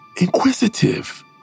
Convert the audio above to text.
inquisitive